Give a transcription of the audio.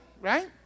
right